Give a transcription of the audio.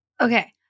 Okay